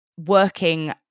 working